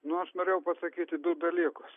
nu aš norėjau pasakyti du dalykus